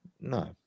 No